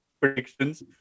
predictions